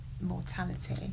mortality